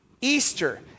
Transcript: Easter